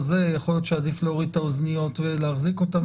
יכול להיות שעדיף להוריד את האוזניות ולהחזיק אותן.